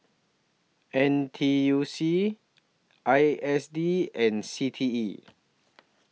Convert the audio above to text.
N T U C I S D and C T E